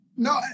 No